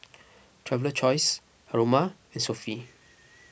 Traveler's Choice Haruma and Sofy